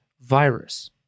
virus